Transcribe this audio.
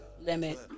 limit